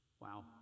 wow